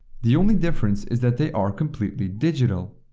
the only difference is that they are completely digital.